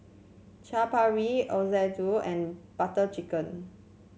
Chaat Papri Ochazuke and Butter Chicken